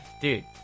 Dude